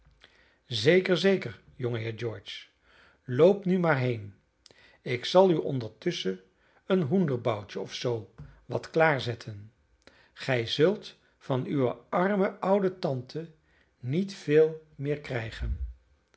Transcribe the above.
zeker zeker jongeheer george loop nu maar heen ik zal u ondertusschen een hoenderboutje of zoo wat klaar zetten gij zult van uwe arme oude tante niet veel meer krijgen